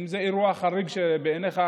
אם זה אירוע חריג בעיניך,